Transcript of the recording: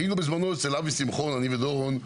הינו בזמנו, אני ודורון,